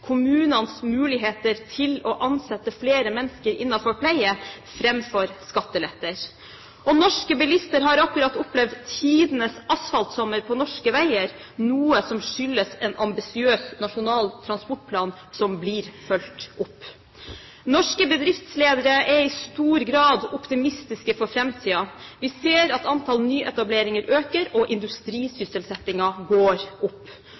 kommunenes muligheter til å ansette flere mennesker innen pleie framfor skatteletter. Norske bilister har akkurat opplevd tidenes asfaltsommer på norske veier, noe som skyldes en ambisiøs Nasjonal transportplan som blir fulgt opp. Norske bedriftsledere er i stor grad optimistiske for framtiden. Vi ser at antall nyetableringer øker og industrisysselsettingen går opp.